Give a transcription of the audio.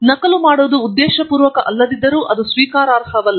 ಮತ್ತು ನಕಲು ಮಾಡುವುದು ಉದ್ದೇಶಪೂರ್ವಕವಲ್ಲದಿದ್ದರೂ ಸ್ವೀಕಾರಾರ್ಹವಲ್ಲ